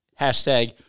Hashtag